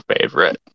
favorite